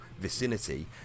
vicinity